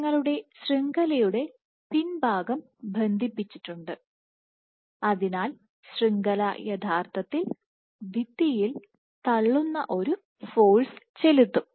നിങ്ങളുടെ ശൃംഖലയുടെ പിൻഭാഗം ബന്ധിപ്പിച്ചിട്ടുണ്ട് അതിനാൽ ശൃംഖല യഥാർത്ഥത്തിൽ ഭിത്തിയിൽ തള്ളുന്ന ഒരു ഫോഴ്സ് ചെലുത്തും